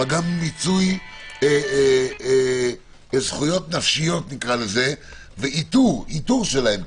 גם מיצוי זכויות נפשיות ואיתור שלהם.